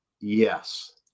yes